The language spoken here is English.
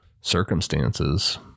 circumstances